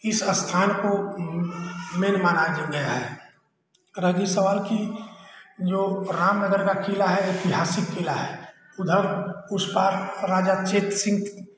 इस स्थान को मेल माना गया है रह गई सवाल की जो रामनगर का किला है ऐतिहासिक किला है उधर उस पार राजा चेत सिंह